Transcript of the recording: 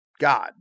God